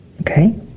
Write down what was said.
Okay